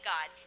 God